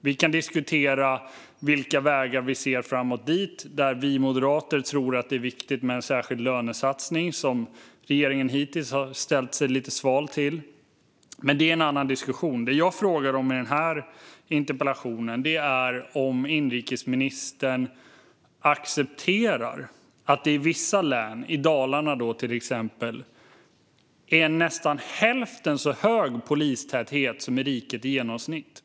Vi kan diskutera vilka vägar dit vi ser. Vi moderater tror att det är viktigt med en särskild lönesatsning, vilket regeringen hittills har ställt sig lite sval till. Men det är en annan diskussion. Det jag frågar om i den här interpellationen är om inrikesministern accepterar att det i vissa län, till exempel i Dalarna, bara är nästan hälften så hög polistäthet som i riket i genomsnitt.